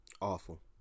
Awful